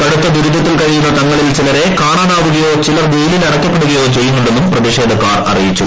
കടുത്ത ദുരിതത്തിൽ കഴിയുന്ന തങ്ങളിൽ ചിലരെ കാണാതാട്ടിട്ട്ക്യോ ചിലർ ജയിലിലടയ്ക്കപ്പെടുകയോ ചെയ്യുന്നുണ്ടെന്നും പ്രതിഷ്ട്രേയ്ക്കാർ അറിയിച്ചു